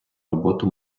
роботи